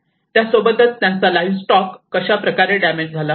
त्यासोबतच त्यांचा livestock कशाप्रकारे डॅमेज झाला